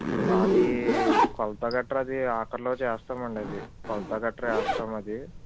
అది కొలత గట్రా అది ఆఖరిలో చేస్తాం అండి అది కొలత గట్రా వేస్తాం అది